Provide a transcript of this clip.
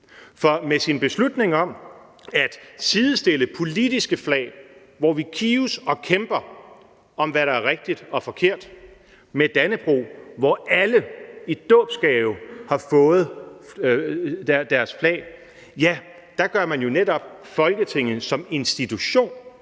for med sin beslutning om at sidestille politiske flag, hvor vi kives og kæmper om, hvad der er rigtigt og forkert, med Dannebrog, et flag, som alle har fået i dåbsgave, gør man jo netop Folketinget som institution